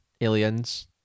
aliens